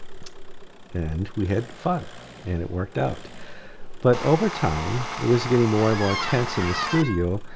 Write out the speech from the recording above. and we had fun and it worked out but over time, it was getting more and more tense in the studio